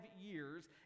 years